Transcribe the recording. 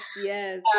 yes